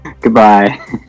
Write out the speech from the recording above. Goodbye